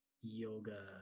yoga